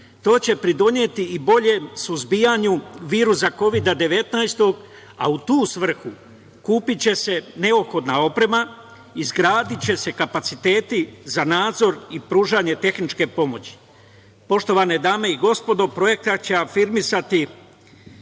To će pridoneti i boljem suzbijanju virusa Kovid-19, a u tu svrhu kupi će se neophodna oprema, izgradiće se kapaciteti za nadzor i pružanje tehničke pomoći. Poštovane dame i gospodo projekat će se afirmisati